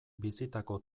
bizitako